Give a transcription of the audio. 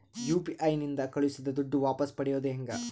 UPI ನಿಂದ ಕಳುಹಿಸಿದ ದುಡ್ಡು ವಾಪಸ್ ಪಡೆಯೋದು ಹೆಂಗ?